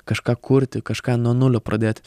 kažką kurti kažką nuo nulio pradėti